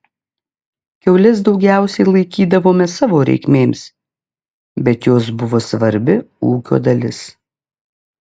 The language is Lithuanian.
kiaules daugiausiai laikydavome savo reikmėms bet jos buvo svarbi ūkio dalis